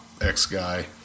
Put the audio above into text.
ex-guy